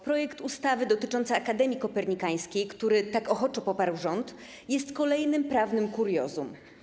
Projekt ustawy dotyczący Akademii Kopernikańskiej, który tak ochoczo poparł rząd, jest kolejnym prawnym kuriozum.